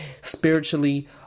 spiritually